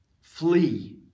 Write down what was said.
Flee